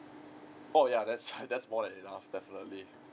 oh ya that's that's more than enough definitely